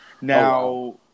Now